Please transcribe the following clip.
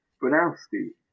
Brunowski